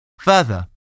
Further